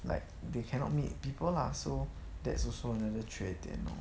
like they cannot meet people lah so that's also another 缺点 lor